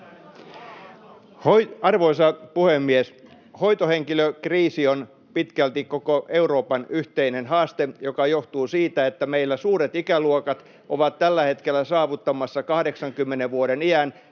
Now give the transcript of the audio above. Arvoisa puhemies! Hoitohenkilökriisi on pitkälti koko Euroopan yhteinen haaste, joka johtuu siitä, että meillä suuret ikäluokat ovat tällä hetkellä saavuttamassa 80 vuoden iän,